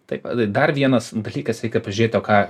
taip pat ir dar vienas dalykas reikia pažiūrėt o ką